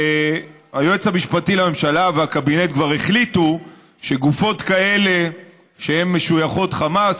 היועץ המשפטי לממשלה והקבינט כבר החליטו שגופות כאלה שהן משויכות חמאס,